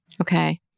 Okay